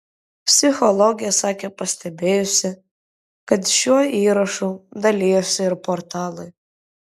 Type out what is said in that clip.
psichologė sakė pastebėjusi kad šiuo įrašu dalijosi ir portalai